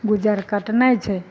गुजर कटनाइ छै